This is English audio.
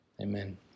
Amen